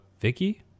Vicky